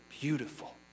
beautiful